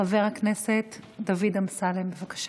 חבר הכנסת דוד אמסלם, בבקשה.